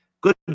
Good